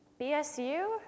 BSU